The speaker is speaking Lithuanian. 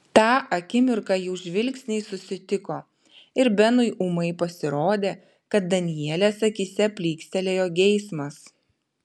tą akimirką jų žvilgsniai susitiko ir benui ūmai pasirodė kad danielės akyse plykstelėjo geismas